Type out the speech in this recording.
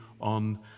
on